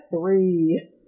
three